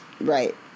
Right